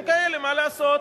הם כאלה, מה לעשות.